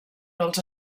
dels